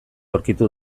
aurkitu